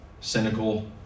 cynical